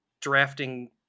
drafting